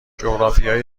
جغرافیای